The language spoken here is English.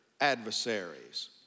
adversaries